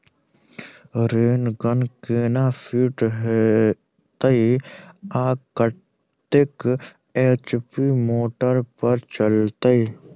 Rain gun केना fit हेतइ आ कतेक एच.पी मोटर पर चलतै?